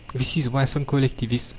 this is why some collectivists,